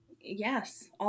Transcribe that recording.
Yes